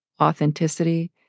authenticity